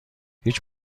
هیچ